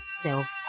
self